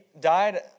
died